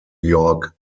york